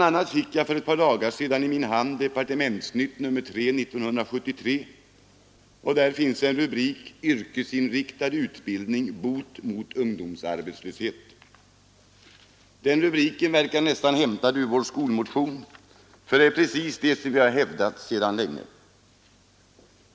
a. fick jag för ett par dagar sedan i min hand Departementsnytt nr 3 1973 och där finns rubriken ”Yrkesinriktad utbildning bot mot ungdomsarbetslöshet”. Den rubriken verkar nästan hämtad ur våra skolmotioner, för det är precis detta vi har hävdat sedan länge.